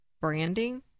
branding